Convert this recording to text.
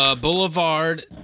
Boulevard